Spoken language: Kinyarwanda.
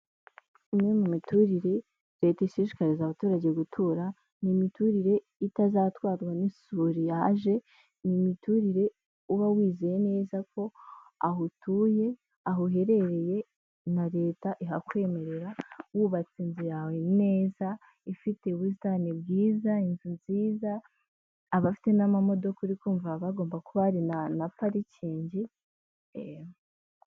Imwe mu miturire leta ishishikariza abaturage gutura ni imiturire itazatwarwa n'isuri yaje, ni imiturire uba wizeye neza ko aho utuye, aho uherereye na leta ihakwemerera wubatse inzu yawe neza ifite ubusite bwiza inzu nziza, abafite n'amamodoka uri kumva baba bagomba kuba hari na parikingi.